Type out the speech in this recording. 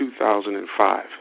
2005